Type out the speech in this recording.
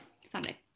Sunday